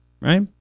Right